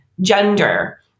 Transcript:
gender